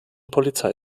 polizei